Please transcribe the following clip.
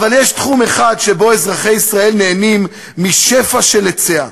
אבל יש תחום אחד שבו אזרחי ישראל נהנים משפע של היצע.